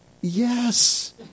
Yes